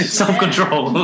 self-control